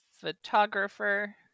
photographer